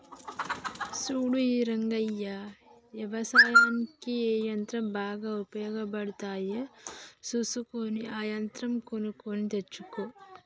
సూడు రంగయ్య యవసాయనిక్ ఏ యంత్రాలు బాగా ఉపయోగపడుతాయో సూసుకొని ఆ యంత్రాలు కొనుక్కొని తెచ్చుకో